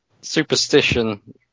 superstition